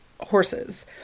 horses